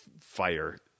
fire